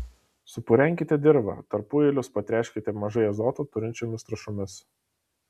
supurenkite dirvą tarpueilius patręškite mažai azoto turinčiomis trąšomis